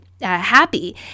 happy